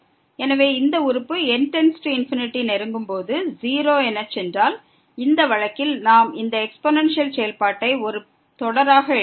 எனவே இந்த உறுப்பு n→∞ நெருங்கும் போது 0 என சென்றால் இந்த வழக்கில் நாம் இந்த எக்ஸ்பொனன்சியல் செயல்பாட்டை ஒரு தொடராக எழுதலாம்